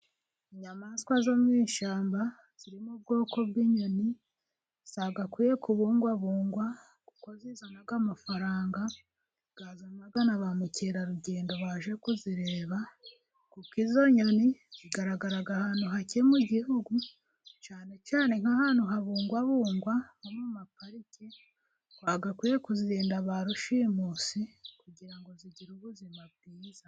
Inyamaswa zo mu ishyamba, ziri m'ubwoko bw'inyoni, zagakwiye kubungwabungwa kuko zizana amafaranga, azana na bamukerarugendo baje kuzireba, kuko izo nyoni, zigaragara ahantu hake mu gihugu, cyane cyane nk'ahantu habungwabungwa, nko mu maparike, bagakwiye kuzirinda ba rushimusi, kugira ngo zigire ubuzima bwiza.